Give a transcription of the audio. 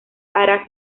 hará